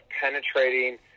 penetrating